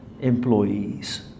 employees